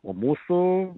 o mūsų